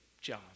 John